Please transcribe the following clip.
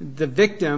the victim